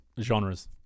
genres